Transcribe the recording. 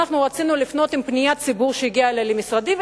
לפנות עם פניית ציבור שהגיעה למשרדי,